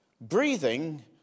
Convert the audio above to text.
breathing